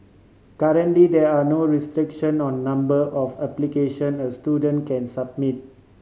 currently there are no restriction on number of application a student can submit